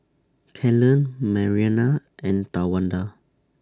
Kellan Marianna and Towanda